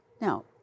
Now